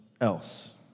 else